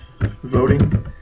voting